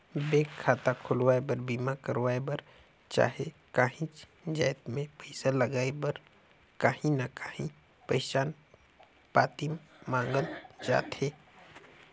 bank खाता खोलवाए बर, बीमा करवाए बर चहे काहींच जाएत में पइसा लगाए बर काहीं ना काहीं पहिचान पाती मांगल जाथे